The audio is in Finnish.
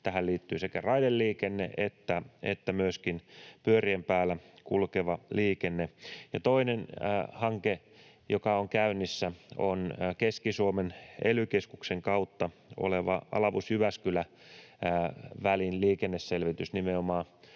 Tähän liittyvät sekä raideliikenne että myöskin pyörien päällä kulkeva liikenne. Ja toinen hanke, joka on käynnissä, on Keski-Suomen ely-keskuksen kautta tehtävä Alavus—Jyväskylä-välin liikenneselvitys nimenomaan